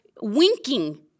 winking